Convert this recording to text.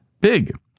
big